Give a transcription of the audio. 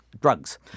drugs